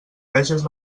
veges